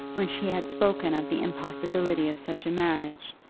when she had spoken of the impossibility of such a marriage,